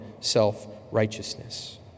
self-righteousness